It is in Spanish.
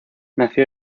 nació